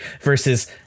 versus